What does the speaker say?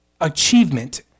achievement